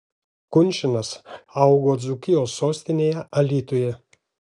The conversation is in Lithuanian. kunčinas augo dzūkijos sostinėje alytuje